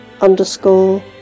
underscore